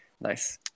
Nice